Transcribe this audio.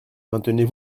maintenez